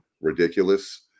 ridiculous